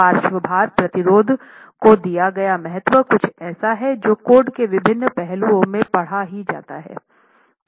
पार्श्व भार प्रतिरोध को दिया गया महत्व कुछ ऐसा है जो कोड के विभिन्न पहलुओं में पढ़ा ही जाता है